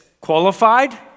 Qualified